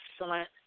excellent